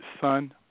son